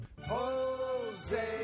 Jose